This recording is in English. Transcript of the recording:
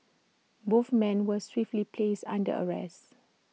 both men were swiftly placed under arrest